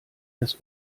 des